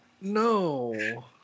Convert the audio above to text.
No